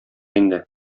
инде